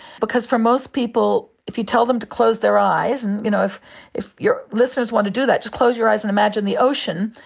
because for most people if you tell them to close their eyes, and you know if if your listeners want to do that, just close your eyes and imagine the ocean,